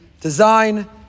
design